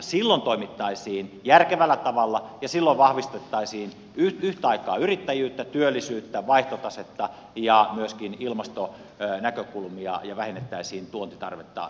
silloin toimittaisiin järkevällä tavalla ja silloin vahvistettaisiin yhtä aikaa yrittäjyyttä työllisyyttä vaihtotasetta ja myöskin ilmastonäkökulmia ja vähennettäisiin tuontitarvetta energian osalta